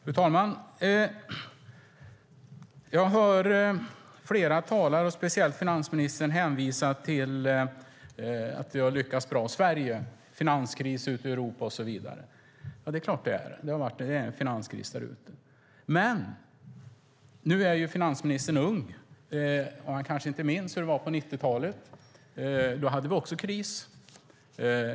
Fru talman! Flera talare, speciellt finansministern, hänvisar till att vi har lyckats bra i Sverige trots finanskris i Europa. Finansministern är ju ung och kanske inte minns hur det var på 90-talet. Då hade vi också kris.